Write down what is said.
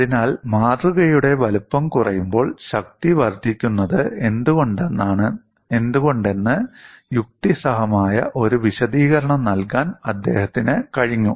അതിനാൽ മാതൃകയുടെ വലുപ്പം കുറയുമ്പോൾ ശക്തി വർദ്ധിക്കുന്നത് എന്തുകൊണ്ടെന്ന് യുക്തിസഹമായ ഒരു വിശദീകരണം നൽകാൻ അദ്ദേഹത്തിന് കഴിഞ്ഞു